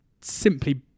simply